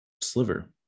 sliver